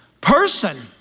person